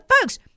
folks